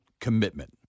commitment